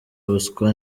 ubuswa